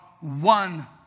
one